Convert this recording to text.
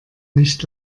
nicht